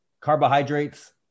carbohydrates